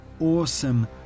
awesome